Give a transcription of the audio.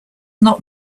not